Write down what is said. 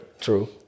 True